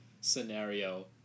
scenario